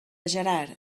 gerard